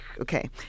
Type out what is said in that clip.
Okay